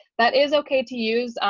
that is ok to use.